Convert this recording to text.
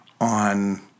on